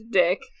dick